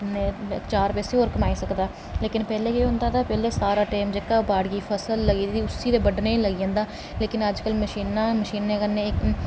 ते चार पैसे होर कमाई सकदा ते पैह्लें केह् होंदा कि सारा टाईम जेह्का बाड़ियै फसल लग्गी जंदी उसी गै बड्ढने गी लग्गी जंदा लेकिन अज्जकल मशीनां मशीनै कन्नै